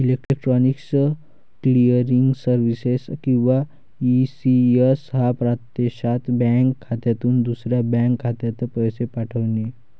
electronic clearing services किंवा ECS हा प्रत्यक्षात बँक खात्यातून दुसऱ्या बँक खात्यात पैसे पाठवणे